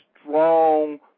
strong